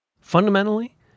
Fundamentally